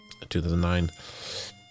2009